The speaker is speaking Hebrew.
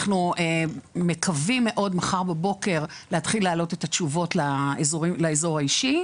אנחנו מקווים מאוד מחר בבוקר להתחיל להעלות את התשובות לאזור האישי.